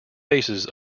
bases